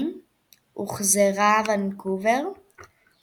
את הצעתה לאירוח המונדיאל,